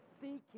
seeking